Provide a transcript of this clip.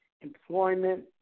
employment